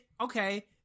okay